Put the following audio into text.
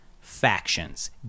factions